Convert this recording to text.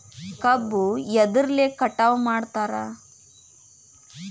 ಕಬ್ಬು ಎದ್ರಲೆ ಕಟಾವು ಮಾಡ್ತಾರ್?